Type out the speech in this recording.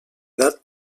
edat